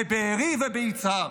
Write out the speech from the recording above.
בבארי וביצהר,